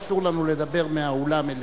אסור לנו לדבר מהאולם אליהם.